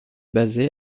basé